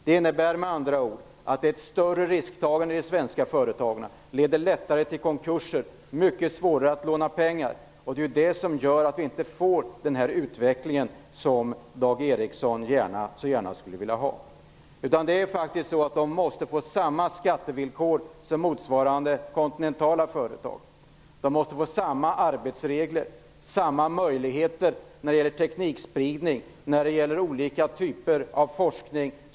Det innebär med andra ord att ett större risktagande i de svenska företagen leder lättare till konkurser och till att det blir mycket svårare att låna pengar. Det är ju det som gör att vi inte får den utveckling som Dag Ericson så gärna skulle vilja ha. Företagen måste få samma skattevillkor som motsvarande kontinentala företag har. De måste få samma arbetsregler och samma möjligheter när det gäller teknikspridning och olika typer av forskning.